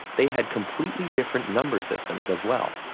they had completely different number systems as well.